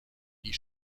die